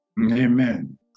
Amen